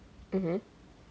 mmhmm